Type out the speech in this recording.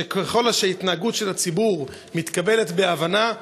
ככל שההתנהגות של הציבור מתקבלת בהבנה,